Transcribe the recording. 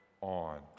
on